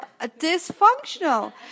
dysfunctional